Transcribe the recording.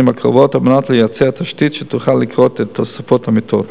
הקרובות על מנת לייצר תשתית שתוכל לקלוט את תוספת המיטות.